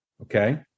Okay